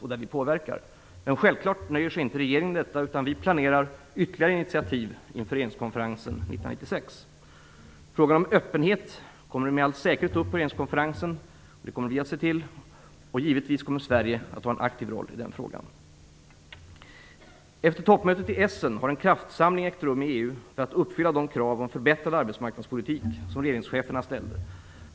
Regeringen nöjer sig självklart inte med detta, utan planerar ytterligare initiativ inför regeringskonferensen 1996. Frågan om öppenhet kommer med all säkerhet upp på regeringskonferensen. Det kommer vi att se till. Sverige kommer givetvis att ha en aktiv roll i den frågan. Efter toppmötet i Essen har en kraftsamling ägt rum i EU för att uppfylla de krav på förbättrad arbetsmarknadspolitik som regeringscheferna ställde.